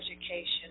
education